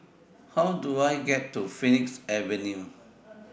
How Do I get to Phoenix Avenue